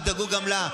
תדאגו גם לה.